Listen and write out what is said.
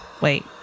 wait